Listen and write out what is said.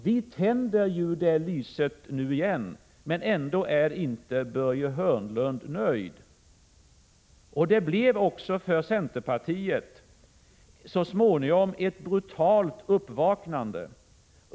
Vi tänder det lyset nu igen, men ändå är inte Börje Hörnlund nöjd. Det blev också för centerpartiet så småningom ett brutalt uppvaknande.